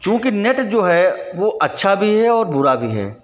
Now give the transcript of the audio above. चूँकि नेट जो है वह अच्छा भी है और बुरा भी है